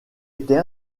était